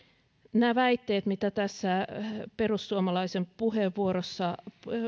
nämä väitteet mitä perussuomalaisten puheenvuorossa